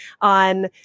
on